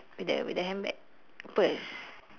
with the with the handbag purse